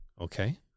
okay